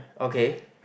okay